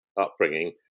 upbringing